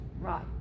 Right